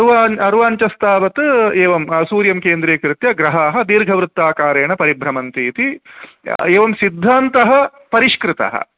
अरुवाञ्चः अरुवाञ्चस्थावत् एवं सूर्यं केन्द्रीकृत्य ग्रहाः दीर्घवृत्ताकारेण परिभ्रमन्ति इति एवं सिद्धान्तः परिष्कृतः